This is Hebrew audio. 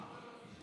לא, אל תדבר בשמי.